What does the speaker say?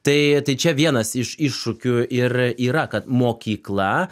tai tai čia vienas iš iššūkių ir yra kad mokykla